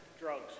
Drugs